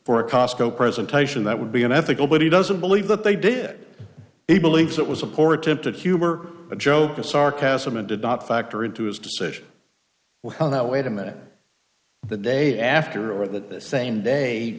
for a cosco presentation that would be unethical but he doesn't believe that they did he believes that was a poor attempt at humor a joke a sarcasm and did not factor into his decision on that wait a minute the day after or that the same day